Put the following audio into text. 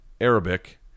Arabic